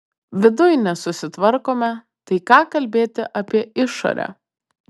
viduj nesusitvarkome tai ką kalbėti apie išorę